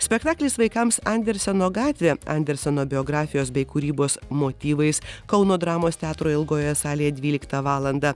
spektaklis vaikams anderseno gatvė anderseno biografijos bei kūrybos motyvais kauno dramos teatro ilgoje salėje dvyliktą valandą